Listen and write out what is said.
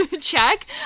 check